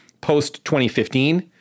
post-2015